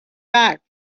back